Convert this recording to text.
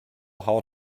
how